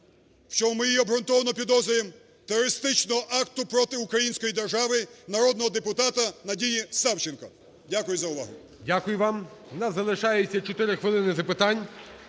в чому ми її обґрунтовано підозрюємо, терористичного акту проти української держави народного депутата Надії Савченко. Дякую за увагу. ГОЛОВУЮЧИЙ. Дякую вам. У нас залишається 4 хвилини запитань.